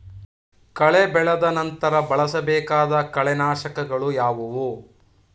ಕಳೆ ಬೆಳೆದ ನಂತರ ಬಳಸಬೇಕಾದ ಕಳೆನಾಶಕಗಳು ಯಾವುವು?